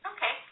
Okay